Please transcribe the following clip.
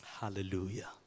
Hallelujah